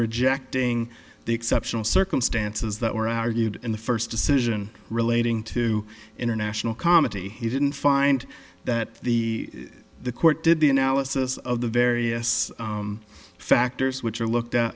rejecting the exceptional circumstances that were argued in the first decision relating to international comedy he didn't find that the the court did the analysis of the various factors which are looked